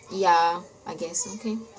ya I guess okay